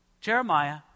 Jeremiah